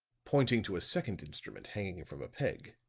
pointing to a second instrument hanging from a peg,